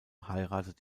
heiratet